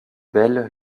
belle